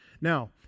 Now